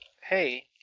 hey